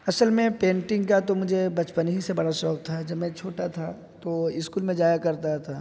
اصل میں پینٹنگ کا تو مجھے بچپن ہی سے بڑا شوق تھا جب میں چھوٹا تھا تو اسکول میں جایا کرتا تھا